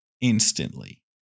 instantly